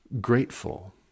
grateful